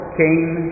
came